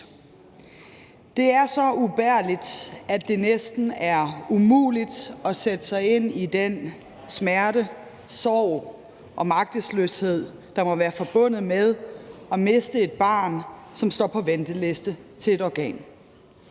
Det er så ubærligt, at det næsten er umuligt at sætte sig ind i den smerte, sorg og magtesløshed, der må være forbundet med at miste et barn, som står på venteliste til et organ.